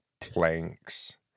planks